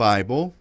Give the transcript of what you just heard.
Bible